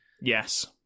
Yes